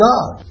God